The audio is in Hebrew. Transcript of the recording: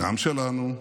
גם שלנו.